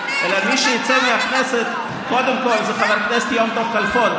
אלא מי שיצא מהכנסת קודם כול זה חבר הכנסת יום טוב כלפון.